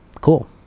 Cool